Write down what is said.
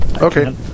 Okay